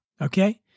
okay